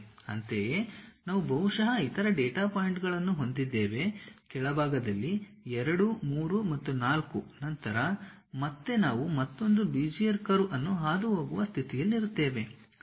ಅಂತೆಯೇ ನಾವು ಬಹುಶಃ ಇತರ ಡೇಟಾ ಪಾಯಿಂಟ್ಗಳನ್ನು ಹೊಂದಿದ್ದೇವೆ ಕೆಳಭಾಗದಲ್ಲಿ ಎರಡು ಮೂರು ಮತ್ತು ನಾಲ್ಕು ನಂತರ ಮತ್ತೆ ನಾವು ಮತ್ತೊಂದು ಬೆಜಿಯರ್ ಕರ್ವ್ ಅನ್ನು ಹಾದುಹೋಗುವ ಸ್ಥಿತಿಯಲ್ಲಿರುತ್ತೇವೆ